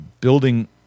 building